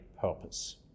purpose